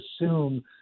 assume